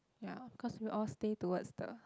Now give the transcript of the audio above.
ya cause we all stay towards the